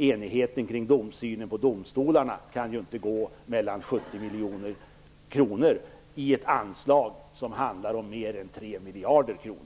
enigheten i synen på domstolarna kan inte stå och falla med 70 miljoner kronor mer eller mindre i ett anslag som handlar om mer än 3 miljarder kronor.